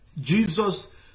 Jesus